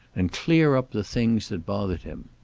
and clear up the things that bothered him.